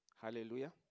Hallelujah